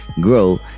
grow